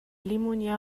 بغلیمون، یه